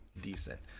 decent